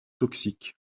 toxique